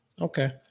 Okay